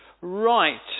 right